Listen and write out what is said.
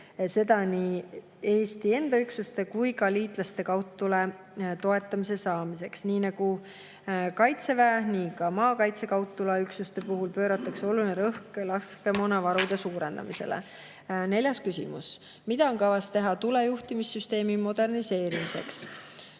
seda nii Eesti enda üksuste kui ka liitlaste kaudtule toetamiseks. Nii nagu Kaitseväe, nii ka maakaitse kaudtuleüksuste puhul pööratakse olulist rõhku laskemoonavarude suurendamisele. Neljas küsimus: mida on kavas teha tulejuhtimissüsteemi moderniseerimiseks?